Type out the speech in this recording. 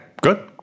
good